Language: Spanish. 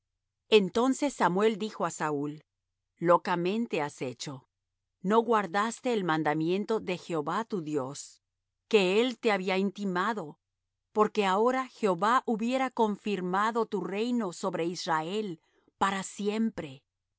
entonces samuel dijo á saúl locamente has hecho no guardaste el mandamiento de jehová tu dios que él te había intimado porque ahora jehová hubiera confirmado tu reino sobre israel para siempre